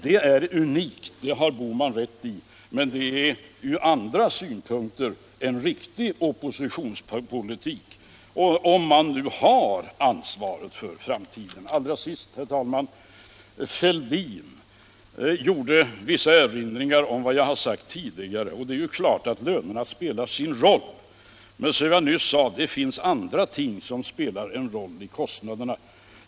Det är unikt — det har herr Bohman rätt i — men det är ur andra synpunkter en riktig oppositionspolitik, om man nu känner ansvar för framtiden. Allra sist, herr talman! Herr Fälldin gjorde vissa erinringar mot vad jag har sagt tidigare. Det är klart att lönerna spelar sin roll, men som jag nyss sade finns det andra ting som också spelar en roll för kostnaderna.